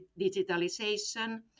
digitalization